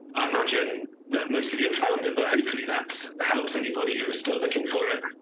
i imagine that most of you found it, but hopefully that helps anybody who was still looking for it.